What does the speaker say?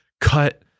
cut